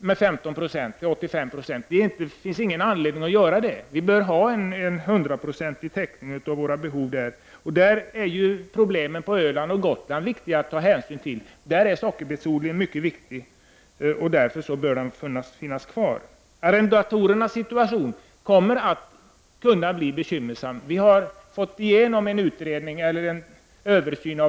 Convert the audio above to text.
med 15 Yo till 85 20. Det finns ingen anledning härtill. Det bör vara en hundraprocentig täckning av behoven i detta sammanhang. Det är viktigt att man tar hänsyn till sockerbetsodlingen på Öland och Gotland. Där är sockerbetsodlingen nämligen mycket viktig. Därför bör den få finnas kvar. Arrendatorernas situation kan bli bekymmersam. Vi i centern har fått igenom vårt krav på en översyn.